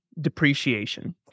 depreciation